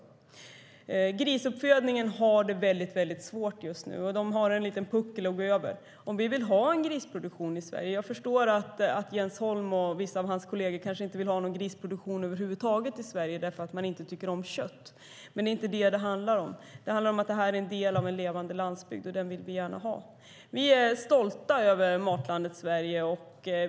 Grisuppfödningen har det väldigt svårt just nu, och de har en puckel att ta sig över. Jag förstår att Jens Holm och vissa av hans kolleger kanske inte vill ha någon grisproduktion över huvud taget i Sverige för att de inte tycker om kött, men det är inte det som det här handlar om. Det handlar om att grisuppfödningen är en del av en levande landsbygd, och den vill vi gärna ha kvar. Vi är stolta över Matlandet Sverige.